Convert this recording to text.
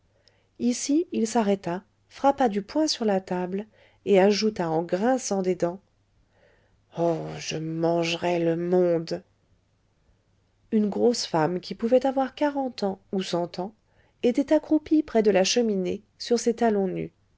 ici il s'arrêta frappa du poing sur la table et ajouta en grinçant des dents oh je mangerais le monde une grosse femme qui pouvait avoir quarante ans ou cent ans était accroupie près de la cheminée sur ses talons nus